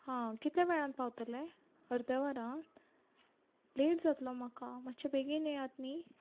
हा कितले वेळान पावतले अर्दें वरान लेट जातलो म्हाका मात्शे बेगीन येयात न्ही